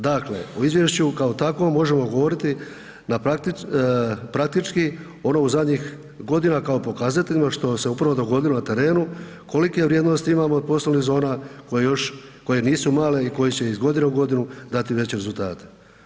Dakle, u izvješću kao takvom možemo govoriti praktički onom u zadnjih godina kao pokazateljima što se upravo dogodilo na terenu, kolike vrijednosti imamo poslovnih zona koje nisu male i koje će iz godine u godinu dati veće rezultate.